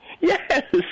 Yes